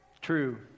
true